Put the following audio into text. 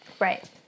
Right